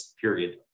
period